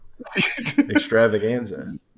Extravaganza